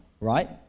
right